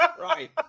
Right